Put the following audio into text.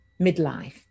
Midlife